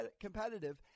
competitive